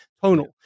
tonal